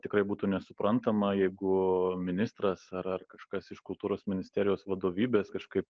tikrai būtų nesuprantama jeigu ministras ar ar kažkas iš kultūros ministerijos vadovybės kažkaip